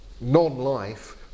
non-life